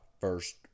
first